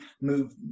move